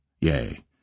Yea